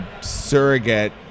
surrogate